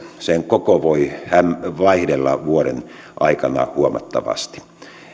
sen koko voi vaihdella vuoden aikana huomattavasti